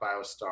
Biostar